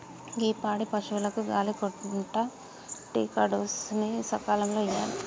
గీ పాడి పసువులకు గాలి కొంటా టికాడోస్ ని సకాలంలో ఇయ్యాలి